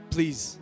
Please